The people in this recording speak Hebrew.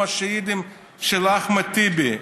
נאום השהידים של אחמד טיבי.